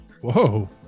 whoa